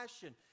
passion